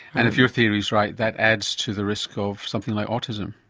and if your theory's right that adds to the risk of something like autism?